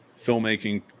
filmmaking